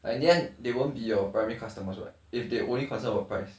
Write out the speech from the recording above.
and then they won't be your primary customers [what] if they only concern about the price